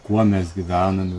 kuo mes gyvenam